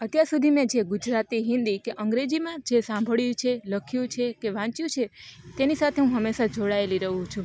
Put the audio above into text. અત્યાર સુધી મેં જે ગુજરાતી હિન્દી કે અંગ્રેજીમાં જે સાંભળ્યું છે લખ્યું છે કે વાંચ્યું છે તેની સાથે હું હંમેશાં જોડાયેલી રહું છું